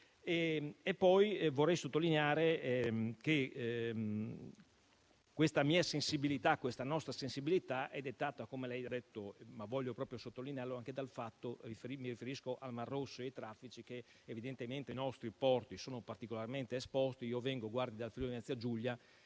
Vorrei poi sottolineare che questa mia sensibilità, questa nostra sensibilità è dettata, come lei ha detto, anche dal fatto - mi riferisco al mar Rosso e ai traffici - che evidentemente i nostri porti sono particolarmente esposti. Io vengo dal Friuli Venezia Giulia.